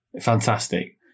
fantastic